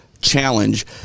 Challenge